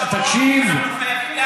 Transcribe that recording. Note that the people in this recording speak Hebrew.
כאשר הוא מטיח האשמות,